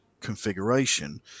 configuration